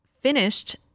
finished